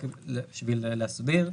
רק בשביל להסביר,